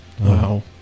Wow